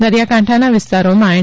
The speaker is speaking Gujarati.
દરિયાકાંઠાના વિસ્તારોમાં એન